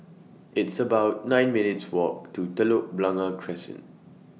It's about nine minutes' Walk to Telok Blangah Crescent